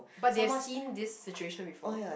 but they have seen this situation before